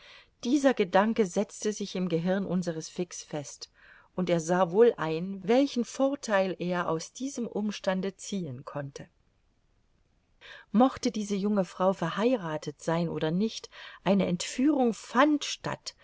dieser gedanke setzte sich im gehirn unseres fix fest und er sah wohl ein welchen vortheil er aus diesem umstande ziehen konnte mochte diese junge frau verheiratet sein oder nicht eine entführung fand statt